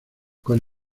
con